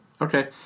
Okay